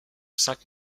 cinq